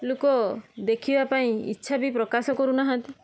ଲୋକ ଦେଖିବା ପାଇଁ ଇଚ୍ଛା ବି ପ୍ରକାଶ କରୁ ନାହାଁନ୍ତି